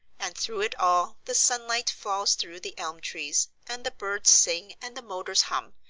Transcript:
and through it all the sunlight falls through the elm trees, and the birds sing and the motors hum,